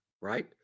right